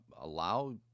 allow